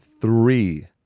three